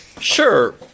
Sure